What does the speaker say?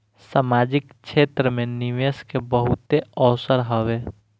सामाजिक क्षेत्र में निवेश के बहुते अवसर हवे